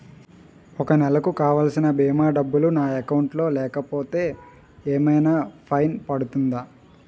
ఒక నెలకు కావాల్సిన భీమా డబ్బులు నా అకౌంట్ లో లేకపోతే ఏమైనా ఫైన్ పడుతుందా?